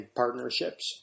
partnerships